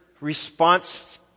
response